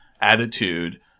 attitude